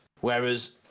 Whereas